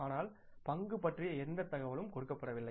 ஆனால் பங்கு பற்றிய எந்த தகவலும் கொடுக்கப்படவில்லை